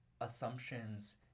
assumptions